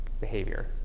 behavior